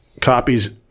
copies